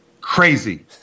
crazy